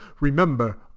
remember